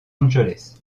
angeles